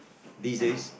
these days